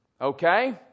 okay